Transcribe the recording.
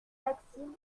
vaccine